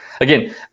again